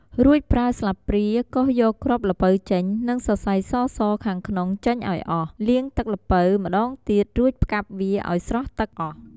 រួច ប្រើស្លាបព្រាកោសយកគ្រាប់ល្ពៅចេញ និងសរសៃសៗខាងក្នុងចេញឲ្យអស់ លាងទឹកល្ពៅម្តងទៀត រួចផ្កាប់វាឲ្យស្រក់ទឹកអស់។